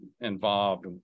involved